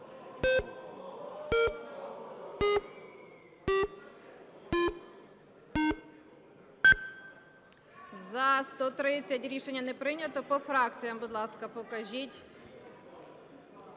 За-130 Рішення не прийнято. По фракціям, будь ласка, покажіть.